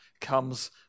comes